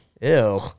Ew